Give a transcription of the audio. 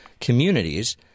communities